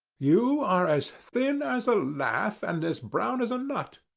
you are as thin as a lath and as brown as a nut.